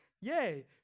Yay